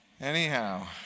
anyhow